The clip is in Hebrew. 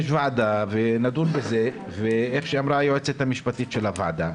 יש ועדה ונדון בזה ואיך שאמרה היועצת המשפטית של הוועדה,